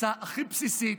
ההצעה הכי בסיסית,